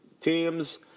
teams